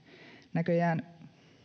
näköjään